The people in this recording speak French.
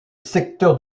secteur